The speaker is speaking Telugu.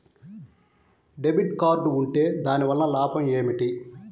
డెబిట్ కార్డ్ ఉంటే దాని వలన లాభం ఏమిటీ?